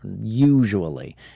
usually